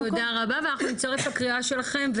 תודה רבה ואנחנו נצרף גם קריאה שלכם,